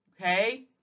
okay